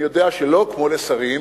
אני יודע שלא כמו לשרים,